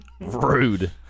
Rude